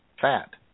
fat